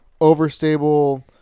overstable